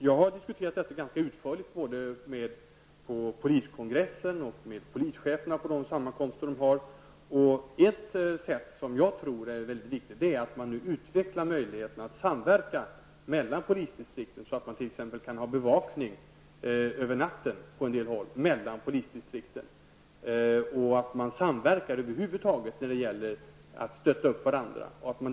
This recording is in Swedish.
Jag har diskuterat denna fråga ganska utförligt både på poliskongressen och med polischeferna på deras sammankomster. Ett sätt är att utveckla möjligheterna att samverka mellan polisdistrikt så att man t.ex. kan ha bevakning över natten mellan polisdistrikten. Man kan över huvud taget samverka när det gäller att stötta upp varandra.